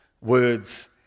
words